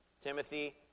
Timothy